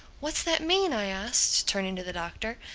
what's that mean? i asked, turning to the doctor.